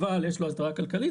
אבל יש לו הסדרה כלכלית,